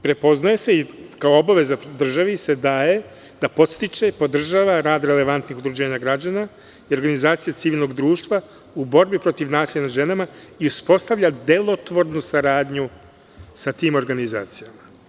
Prepoznaje se i kao obaveza državi se daje da podstiče i podržava rad relevantnih udruženja građana i organizacija civilnog društva u borbi protiv nasilja nad ženama i uspostavlja delotvornu saradnju sa tim organizacijama.